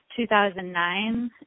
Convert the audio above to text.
2009